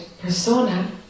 persona